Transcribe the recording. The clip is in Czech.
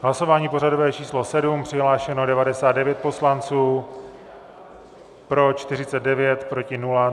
Hlasování pořadové číslo 7, přihlášeno 99 poslanců, pro 49, proti nikdo.